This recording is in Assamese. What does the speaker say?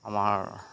আমাৰ